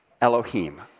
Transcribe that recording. Elohim